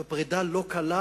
זו פרידה לא קלה,